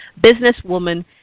businesswoman